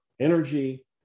energy